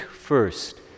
first